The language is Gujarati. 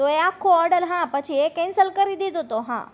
તોએ આખો ઓર્ડર હા પછી એ કેન્સલ કરી દીધો હતો હા